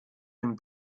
dem